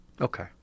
Okay